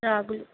రాగులు